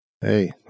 hey